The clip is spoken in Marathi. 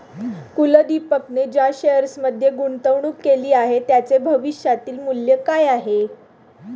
कुलदीपने ज्या शेअर्समध्ये गुंतवणूक केली आहे, त्यांचे भविष्यातील मूल्य काय आहे?